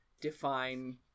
define